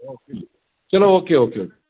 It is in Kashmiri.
چلو اوکے اوکے